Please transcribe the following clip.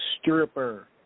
stripper